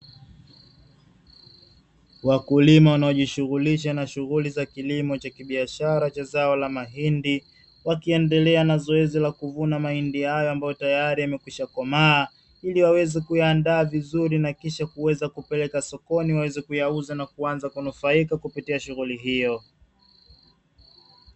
Wakulima wanaojishughulisha na shughuli za kilimo cha kibiashara cha zao la mahindi, wakiendelea na zoezi la kuvuna mahindi hayo ambayo tayari yamekwishakomaa, ili waweze kuyaandaa vizuri na kisha kuweza kupeleka sokoni, waweze kuyauza na kuanza kunufaika kupitia shughuli hiyo.